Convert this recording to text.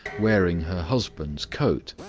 wearing her husband's coat.